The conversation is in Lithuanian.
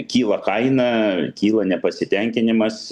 kyla kaina kyla nepasitenkinimas